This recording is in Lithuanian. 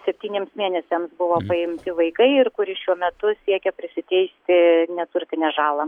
septyniems mėnesiams buvo paimti vaikai ir kuri šiuo metu siekia prisiteisti neturtinę žalą